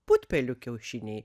putpelių kiaušiniai